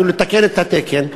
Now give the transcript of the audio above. ואפילו לתקן את התקן.